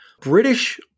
British